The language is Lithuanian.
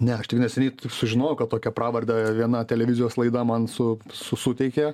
ne aš tik neseniai sužinojau kad tokią pravardę viena televizijos laida man su su suteikė